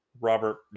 Robert